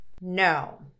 No